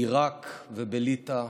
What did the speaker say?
בעיראק ובליטא,